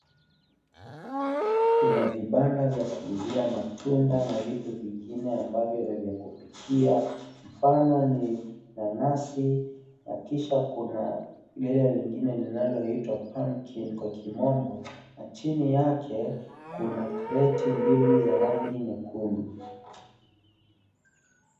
Kuna vibanda vya kuuzia matunda na vitu vingine ambavyo ni vya kupikia mfano ni nanasi na kisha kuna lile lingine linaloiwa pumpkin kwa kimombo na chini yake kuna kreti mbili za rangi nyekundu .